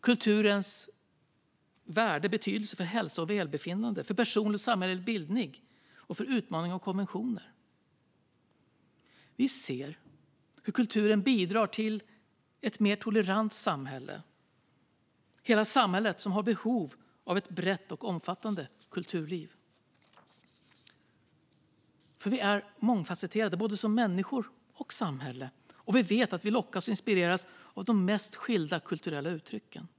Kulturens betydelse för hälsa och välbefinnande, för personlig och samhällelig bildning och för utmaning av konventioner är andra. Vi ser hur kulturen bidrar till ett mer tolerant samhälle. Hela samhället har behov av ett brett och omfattande kulturliv. Vi är mångfasetterade både som människor och som samhälle, och vi vet att vi lockas och inspireras av de mest skilda kulturella uttryck.